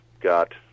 got